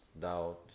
doubt